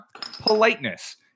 Politeness